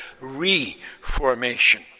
reformation